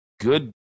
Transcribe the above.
good